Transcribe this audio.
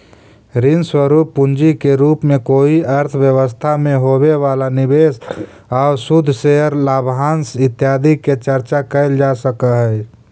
ऋण स्वरूप पूंजी के रूप में कोई अर्थव्यवस्था में होवे वाला निवेश आउ शुद्ध शेयर लाभांश इत्यादि के चर्चा कैल जा सकऽ हई